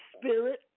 Spirit